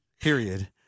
Period